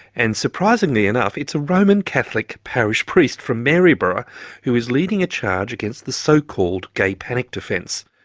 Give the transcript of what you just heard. and surprisingly enough it's a roman catholic parish priest from maryborough who is leading a charge against the so-called gay panic defence,